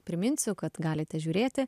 priminsiu kad galite žiūrėti